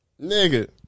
Nigga